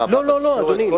בתקשורת,